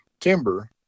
timber